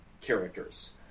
characters